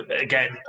again